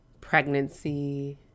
pregnancy